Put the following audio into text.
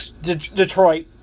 Detroit